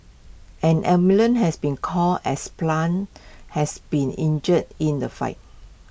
an ambulance has been called as plant has been injured in the fight